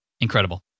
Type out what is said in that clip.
Incredible